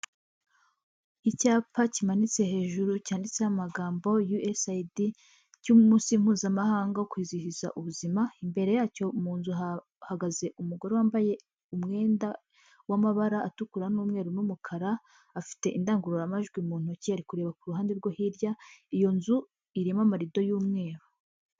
Icyapa kimanitse hejuru cyanditseho amagambo USAID, cy'umunsi mpuzamahanga wo kwizihiza ubuzima, imbere yacyo mu nzu hahagaze umugore wambaye umwenda w'amabara atukura n'umweru n'umukara, afite indangururamajwi mu ntoki ari kureba ku ruhande rwo hirya iyo nzu irimo amararido y'umweru.